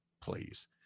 Please